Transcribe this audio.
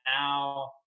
now